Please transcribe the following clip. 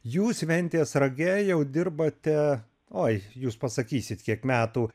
jūs ventės rage jau dirbate oi jūs pasakysit kiek metų